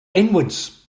inwards